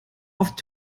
oft